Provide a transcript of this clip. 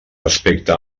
respecte